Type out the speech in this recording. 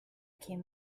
came